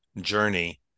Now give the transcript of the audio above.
journey